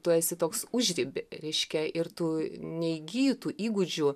tu esi toks užriby reiškia ir tu neįgyji tų įgūdžių